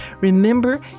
Remember